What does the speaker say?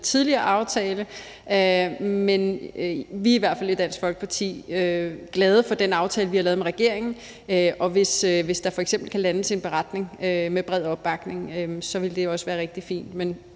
tidligere aftale. Men vi er i hvert fald i Dansk Folkeparti glade for den aftale, vi har lavet med regeringen, og hvis der f.eks. kan landes en beretning med bred opbakning, vil det også være rigtig fint.